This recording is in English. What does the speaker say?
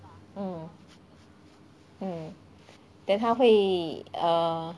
mm mm then 他会 err